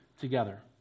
together